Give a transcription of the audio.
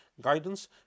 guidance